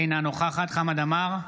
אינה נוכחת חמד עמאר,